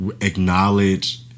acknowledge